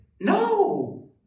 no